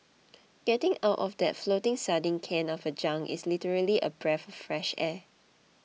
getting out of that floating sardine can of a junk is literally a breath fresh air